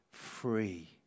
Free